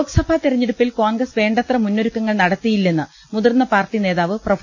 ലോക്സഭാ തെരഞ്ഞെടുപ്പിൽ കോൺഗ്രസ് വേണ്ടത്ര മുന്നൊ രുക്കങ്ങൾ നടത്തിയില്ലെന്ന് മുതിർന്ന പാർട്ടി നേതാവ് പ്രൊഫ